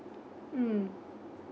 mm